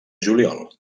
juliol